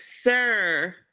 Sir